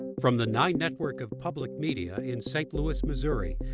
from the nine network of public media in st. louis, missouri,